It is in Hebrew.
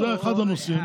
זה אחד הנושאים.